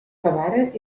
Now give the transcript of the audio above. favara